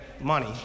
money